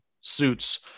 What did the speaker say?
suits